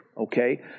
okay